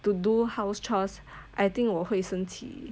to do house chores I think 我会生气